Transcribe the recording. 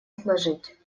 отложить